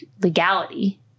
legality